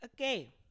okay